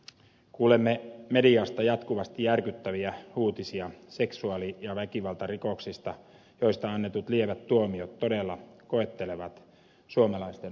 kuulemme mediasta jatkuvasti järkyttäviä uutisia seksuaali ja väkivaltarikoksista joista annetut lievät tuomiot todella koettelevat suomalaisten oikeustajua